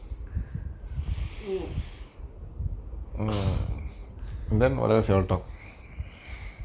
mm